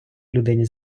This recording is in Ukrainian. людині